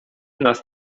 nas